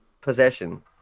possession